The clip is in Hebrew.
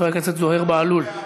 חבר הכנסת זוהיר בהלול,